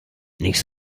nicht